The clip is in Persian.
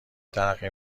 ترقه